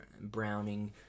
browning